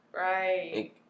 Right